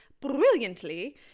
brilliantly